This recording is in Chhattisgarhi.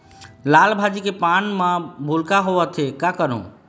लाल भाजी के पान म भूलका होवथे, का करों?